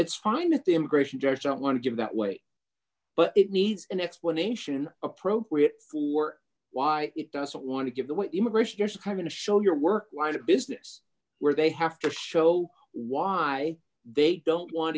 it's fine if the immigration judge don't want to give that way but it needs an explanation appropriate for why it doesn't want to give the immigration years having to show your work like a business where they have to show why they don't want